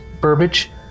Burbage